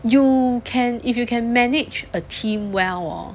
you can if you can manage a team well hor